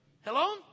Hello